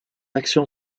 action